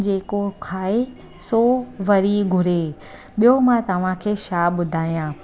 जेको खाए सो वरी घुरे ॿियो मां तव्हांखे छा ॿुधायां